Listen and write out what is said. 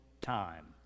time